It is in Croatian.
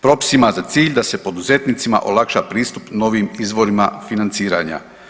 Propis ima za cilj da se poduzetnicima olakša pristup novim izvorima financiranja.